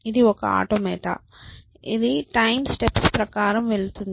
ఇది ఒక ఆటోమాటా ఇది టైం స్టెప్స్ ప్రకారం వెళుతుంది